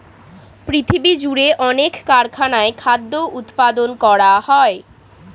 পৃথিবীজুড়ে অনেক কারখানায় খাদ্য উৎপাদন করা হয়